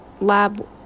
lab